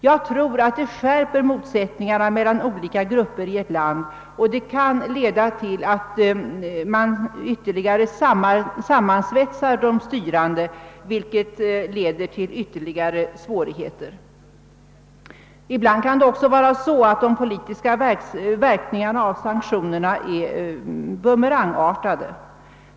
Jag tror att det skärper motsättningarna mellan olika grupper i ett land och kan leda till att man ytterligare sammansvetsar de styrande, vilket medför ytterligare svårigheter. Ibland kan också de politiska verkningarna av sanktionerna vara bumerangartade.